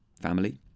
family